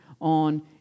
on